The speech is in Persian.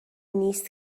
نیست